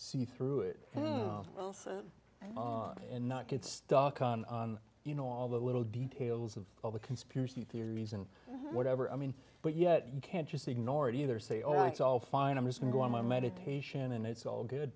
see through it and not get stuck on you know all the little details of all the conspiracy theories and whatever i mean but yet you can't just ignore it either say oh it's all fine i'm just going my meditation and it's all good